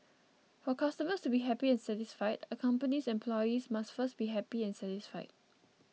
for customers to be happy and satisfied a company's employees must first be happy and satisfied